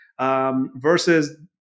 Versus